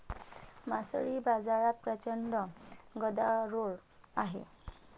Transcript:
मासळी बाजारात प्रचंड गदारोळ आहे